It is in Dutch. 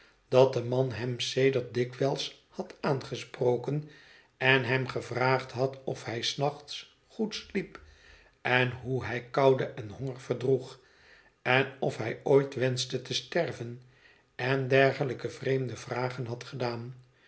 dat de man hem sedert dikwijls had aangesproken en hem gevraagd had of hij s nachts goed sliep en hoe hij koude en honger verdroeg en of hij ooit wenschte te sterven en dergelijke vreemde vragen had gedaan